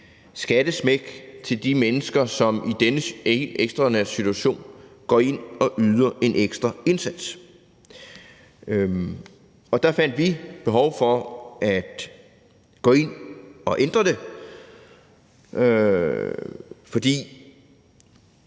skattesmæk til de mennesker, som i denne ekstraordinære situation går ind og yder en ekstra indsats. Der fandt vi behov for at gå ind og ændre det, fordi